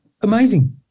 Amazing